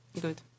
Good